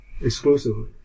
exclusively